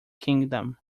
kingdom